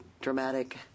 dramatic